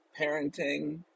parenting